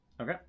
Okay